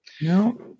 No